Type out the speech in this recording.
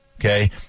Okay